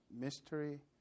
mystery